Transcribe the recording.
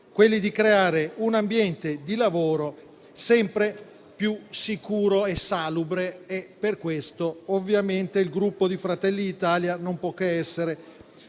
quelli di creare un ambiente di lavoro sempre più sicuro e salubre. Su questo, ovviamente, il Gruppo Fratelli d'Italia non può che essere